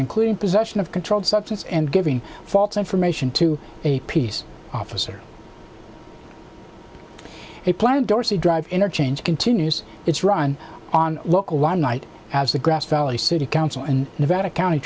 including possession of controlled substance and giving false information to a peace officer a plan of dorsey dr interchange continues its run on local one night as the grass valley city council and nevada county